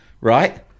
right